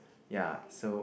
ya so